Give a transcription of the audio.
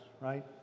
right